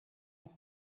has